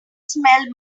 smelled